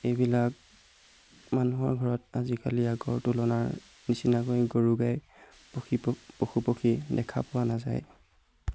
এইবিলাক মানুহৰ ঘৰত আজিকালি আগৰ তুলনাৰ নিচিনাকৈ গৰু গাই পখি পশুপক্ষী দেখা পোৱা নাযায়